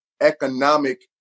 economic